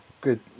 Good